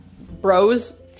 bros